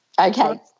Okay